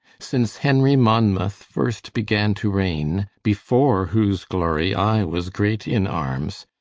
since henry monmouth first began to reigne, before whose glory i was great in armes,